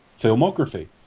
filmography